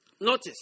notice